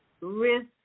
risk